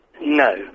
No